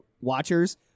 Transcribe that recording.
watchers